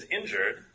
injured